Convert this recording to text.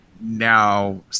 now